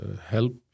help